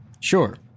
sure